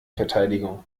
verteidigung